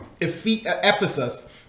Ephesus